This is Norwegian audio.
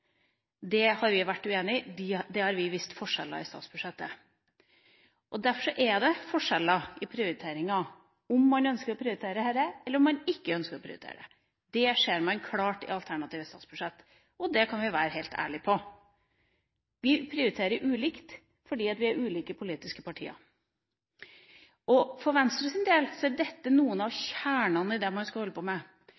Det har vi vært uenig i, og der har vi vist forskjeller i statsbudsjettet. Derfor er det forskjeller i prioriteringene: om man ønsker å prioritere dette, eller om man ikke ønsker å prioritere dette. Det ser man klart i alternative statsbudsjett, og det kan vi være helt ærlige på. Vi prioriterer ulikt, fordi vi er ulike politiske partier. For Venstres del er dette noen av